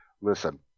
listen